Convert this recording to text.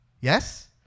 Yes